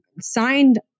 signed